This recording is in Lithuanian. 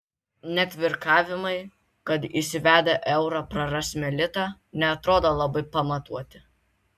net virkavimai kad įsivedę eurą prarasime litą neatrodo labai pamatuoti